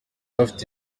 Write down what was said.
bafite